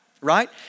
right